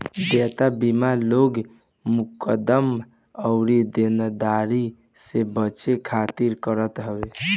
देयता बीमा लोग मुकदमा अउरी देनदारी से बचे खातिर करत हवे